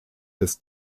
des